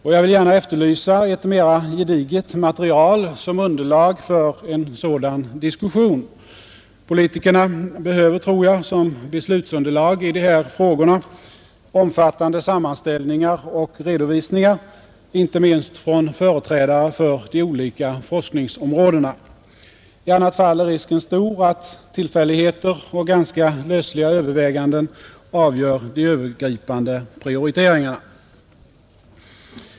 Och jag vill gärna efterlysa ett mera gediget material som underlag för en sådan diskussion. Politikerna behöver, tror jag, som beslutsunderlag i de här frågorna omfattande sammanställningar och redovisningar inte minst från företrädare för de olika forskningsområdena. I annat fall är risken stor att tillfälligheter och ganska lösliga överväganden avgör de övergripande prioriteringarna.